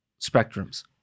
spectrums